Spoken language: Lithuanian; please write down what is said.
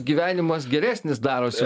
gyvenimas geresnis darosi